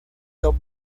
top